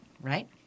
right